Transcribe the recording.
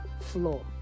floor